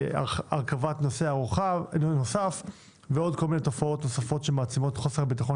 הרכבת נוסע נוסף ועוד תוספות שמעצימות את חוסר הביטחון